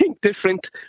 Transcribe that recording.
different